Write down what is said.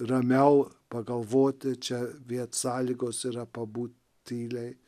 ramiau pagalvoti čia viet sąlygos yra pabūt tyliai